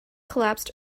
collapsed